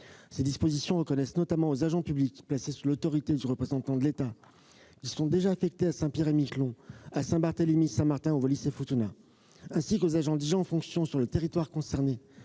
Ces dispositions reconnaissent aux agents publics placés sous l'autorité du représentant de l'État qui sont déjà affectés à Saint-Pierre-et-Miquelon, Saint-Barthélemy, Saint-Martin ou Wallis-et-Futuna, ainsi qu'aux agents déjà en fonction sur le territoire concerné